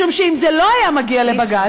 משום שאם זה לא היה מגיע לבג"ץ,